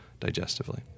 digestively